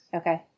okay